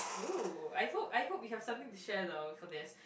!ooh! I hope I hope you have something to share about for this